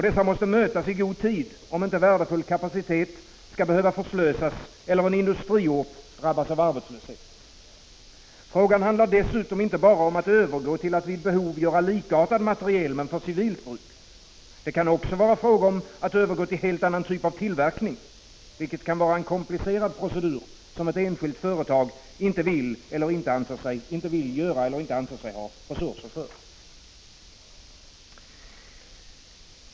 Dessa måste mötas i god tid, om inte värdefull kapacitet skall behöva förslösas eller en industriort drabbas av arbetslöshet. Frågan handlar dessutom inte bara om att övergå till att vid behov göra likartad materiel men för civilt bruk. Det kan också vara fråga om att övergå till en helt annan typ av tillverkning, vilket kan vara en komplicerad procedur, som ett enskilt företag inte vill acceptera eller inte anser sig ha resurser för.